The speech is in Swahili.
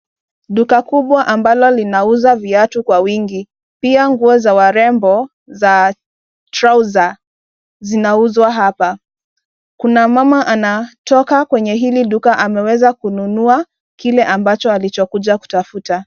Duka kubwa mbao linauza viatu kwa wingi. Pia nguo za warembo za trouser zinauzwa hapa. Kuna mama anatoka kwenye hili duka amewezakununua kile ambacho alichokuja kutafuta.